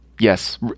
Yes